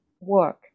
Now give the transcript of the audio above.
work